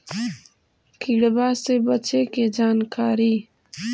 किड़बा से बचे के जानकारी?